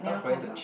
near Hougang